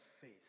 faith